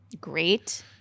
Great